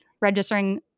registering